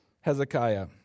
Hezekiah